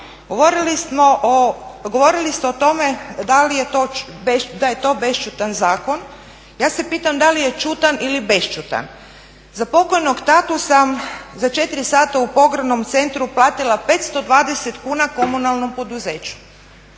Govorili ste o tome da je to bešćutan zakon, ja se pitam da li je ćutan ili bešćutan. Za pokojnog tatu sam za 4 sata u pogrebnom centru platila 520 kuna komunalnom poduzeću